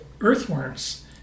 earthworms